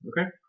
Okay